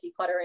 decluttering